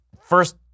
first